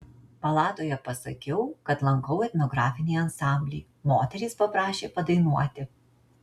palatoje pasakiau kad lankau etnografinį ansamblį moterys paprašė padainuoti